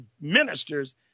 ministers